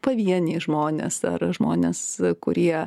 pavieniai žmonės ar žmonės kurie